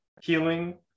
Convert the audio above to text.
Healing